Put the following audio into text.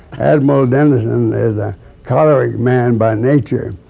admiral dennison is a choleric man by nature,